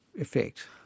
effect